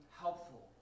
helpful